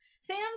Sam